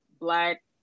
Black